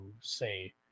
say